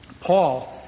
Paul